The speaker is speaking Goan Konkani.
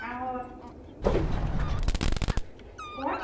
आं हय कोण